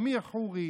אמיר חורי,